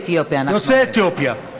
יוצאי אתיופיה, אדוני.